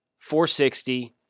460